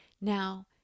Now